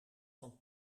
van